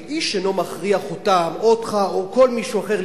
הרי איש אינו מכריח אותם או אותך או כל מישהו אחר,